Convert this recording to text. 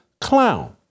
clown